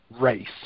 race